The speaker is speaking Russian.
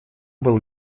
был